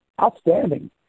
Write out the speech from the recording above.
Outstanding